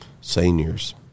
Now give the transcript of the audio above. seniors